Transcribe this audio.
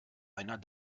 einer